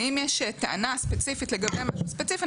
ואם יש טענה ספציפית לגבי משהו ספציפי,